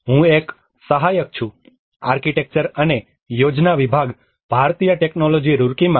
હું એક સહાયક છું આર્કિટેક્ચર અને યોજના વિભાગ ભારતીય ટેકનોલોજી રુર્કીમાં